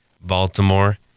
Baltimore